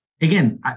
Again